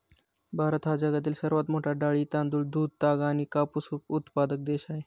भारत हा जगातील सर्वात मोठा डाळी, तांदूळ, दूध, ताग आणि कापूस उत्पादक देश आहे